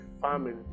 farming